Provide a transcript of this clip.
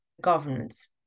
governance